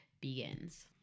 begins